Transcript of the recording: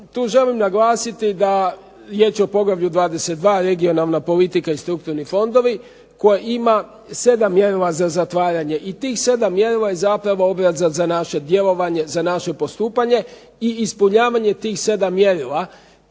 tu želim naglasiti da riječ je o poglavlju 22. regionalna politika i strukturni fondovi koja ima 7 mjerila za zatvaranje i tih 7 mjerila je zapravo obrazac za naše djelovanje, za naše postupanje, i ispunjavanje tih 7 mjerila